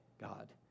God